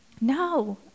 No